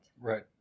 Right